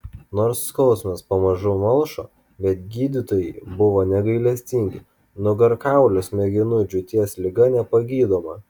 nors skausmas pamažu malšo bet gydytojai buvo negailestingi nugarkaulio smegenų džiūties liga nepagydoma